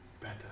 better